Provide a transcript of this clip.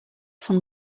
von